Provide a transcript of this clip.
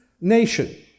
nation